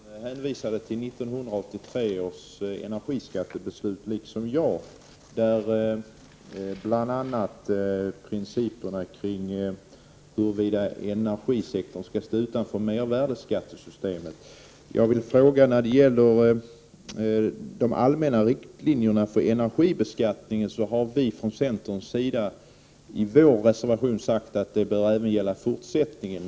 Fru talman! Lisbeth Staaf-Igelström hänvisade liksom jag till 1983 års energibeskattningsbeslut. Bl.a. berördes frågan om huruvida energisektorn skall stå utanför mervärdeskattesystemet. När det gäller de allmänna riktlinjerna för energibeskattningen har centern i sin reservation sagt att det bör gälla även i fortsättningen.